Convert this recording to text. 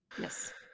Yes